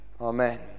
Amen